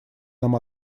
нам